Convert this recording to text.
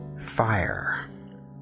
Fire